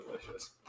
delicious